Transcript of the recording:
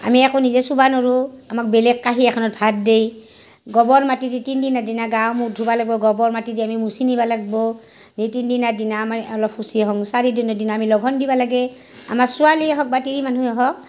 আমি একো নিজে চুবা নৰো আমাক বেলেগ কাঁহী এখনত ভাত দেই গবৰ মাটি দি তিনি দিনৰ দিনাখন গা মূৰ ধুব লাগিব গবৰ মাটি দি আমি মুচি নিব লাগব' সেই তিনিদিনৰ দিনা আমাৰ অলপ শুচি হওঁ চাৰিদিনৰ দিনা আমি লঘোণ দিবা লাগে আমাৰ ছোৱালীয়েই হওক বা তিৰি মানুহেই হওক